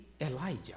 Elijah